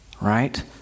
right